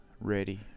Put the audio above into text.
ready